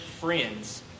friends